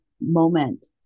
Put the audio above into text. moment